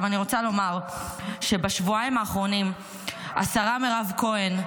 אני רוצה לומר שבשבועיים האחרונים השרה מירב כהן,